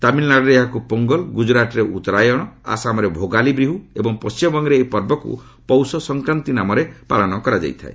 ତାମିଲନାଡୁରେ ଏହାକୁ ପୋଙ୍ଗଲ ଗୁଜରାଟରେ ଉତ୍ତରାୟଣ ଆସାମରେ ଭୋଗାଲି ବିହୁ ଏବଂ ପଶ୍ଚିମବଙ୍ଗରେ ଏହି ପର୍ବକୁ ପୌଷ ସଂକ୍ରାନ୍ତି ନାମରେ ଏହି ପର୍ବ ପାଳନ କରାଯାଇଥାଏ